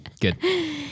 Good